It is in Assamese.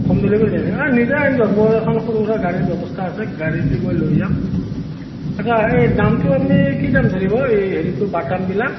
হোম ডেলিভাৰী দিয়ক মোৰ এখন সৰু সুৰা গাড়ীৰ ব্যৱস্থা আছে গাড়ী দি মই লৈ যাম আচ্ছা এই দামটো আপুনি কি দাম ধৰিব এই হেৰিটো বাটামবিলাক